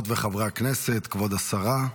חברות וחברי הכנסת, כבוד השרה,